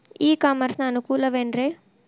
E commerce ನ ಅನುಕೂಲವೇನ್ರೇ?